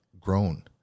grown